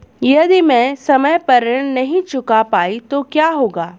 यदि मैं समय पर ऋण नहीं चुका पाई तो क्या होगा?